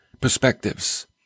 perspectives